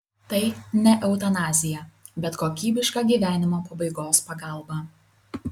tai ne eutanazija bet kokybiška gyvenimo pabaigos pagalba